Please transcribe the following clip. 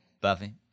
Buffy